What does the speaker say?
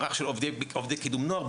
מערך של עובדי קידום נוער,